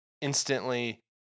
instantly